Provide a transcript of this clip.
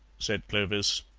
said clovis.